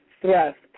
thrust